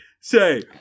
Say